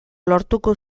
lortuko